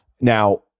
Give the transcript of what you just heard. Now